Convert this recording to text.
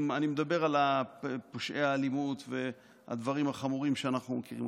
ואני מדבר על פושעי האלימות והדברים החמורים שאנחנו מכירים.